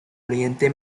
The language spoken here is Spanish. oriente